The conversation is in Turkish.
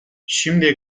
şimdiye